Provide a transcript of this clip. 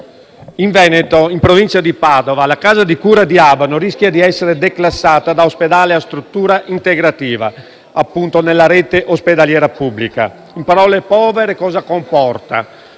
In Veneto, in provincia di Padova, la casa di cura di Abano rischia di essere declassata da ospedale a struttura integrativa della rete ospedaliera pubblica. In parole povere, ciò comporta